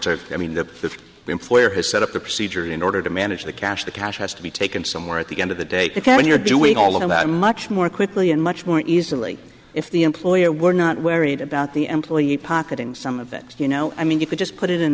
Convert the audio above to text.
to i mean the employer has set up a procedure in order to manage the cash the cash has to be taken somewhere at the end of the day when you're doing all of that much more quickly and much more easily if the employer were not wearing it about the employee pocketing some of that you know i mean you could just put it in